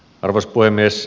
arvoisa puhemies